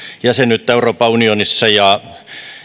jäsenyyttä euroopan unionissa ja